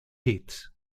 hits